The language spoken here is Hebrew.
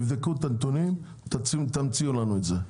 תבדקו את הנתונים ותמציאו לנו את זה.